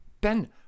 Ben